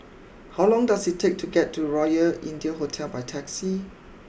how long does it take to get to Royal India Hotel by taxi